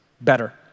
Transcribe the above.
better